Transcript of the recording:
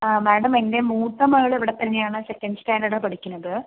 ആ മാഡം എൻ്റെ മൂത്ത മകൾ ഇവിടെത്തന്നെയാണ് സെക്കൻ്റ് സ്റ്റാൻ്റേർഡാണ് പഠിക്കുന്നത്